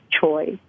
choice